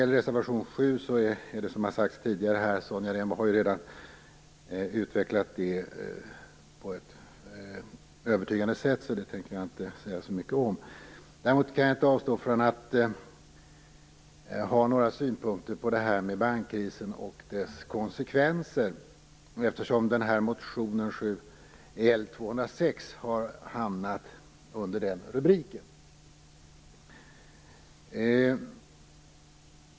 Sonja Rembo har ju redan utvecklat det här med reservation 7 på ett övertygande sätt, så det tänker jag inte säga så mycket om. Däremot kan jag inte avstå från att komma med några synpunkter på det här med bankkrisen och dess konsekvenser, eftersom motionen L206 har hamnat under den rubriken.